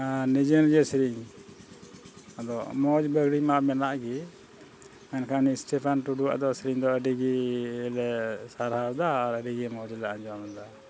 ᱱᱤᱡᱮ ᱱᱤᱡᱮ ᱥᱮᱨᱮᱧ ᱟᱫᱚ ᱢᱚᱡᱽ ᱵᱟᱹᱲᱤ ᱢᱟ ᱢᱮᱱᱟᱜ ᱜᱮ ᱢᱮᱱᱠᱷᱟᱱ ᱥᱴᱤᱯᱷᱟᱱ ᱴᱩᱰᱩᱣᱟᱜ ᱫᱚ ᱥᱮᱨᱮᱧ ᱫᱚ ᱟᱹᱰᱤ ᱜᱮᱞᱮ ᱥᱟᱨᱦᱟᱣᱫᱟ ᱟᱨ ᱟᱹᱰᱤ ᱜᱮ ᱢᱚᱡᱽ ᱞᱮ ᱟᱸᱡᱚᱢ ᱮᱫᱟ